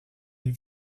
est